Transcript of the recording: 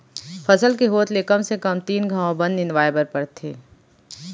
फसल के होत ले कम से कम तीन घंव बन निंदवाए बर परथे